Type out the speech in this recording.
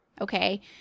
okay